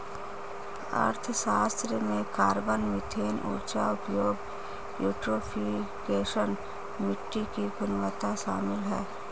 अर्थशास्त्र में carbon, methane ऊर्जा उपयोग, यूट्रोफिकेशन, मिट्टी की गुणवत्ता शामिल है